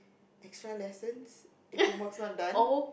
extra lessons if homework not done